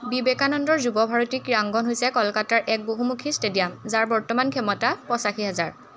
বিবেকানন্দ যুৱ ভাৰতী ক্ৰীড়াঙ্গণ হৈছে কলকাতাৰ এক বহুমুখী ষ্টেডিয়াম যাৰ বৰ্তমান ক্ষমতা পঁচাশী হেজাৰ